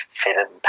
fitted